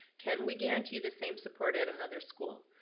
can we guarantee the same support at another school?